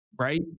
Right